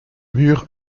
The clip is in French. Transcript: mur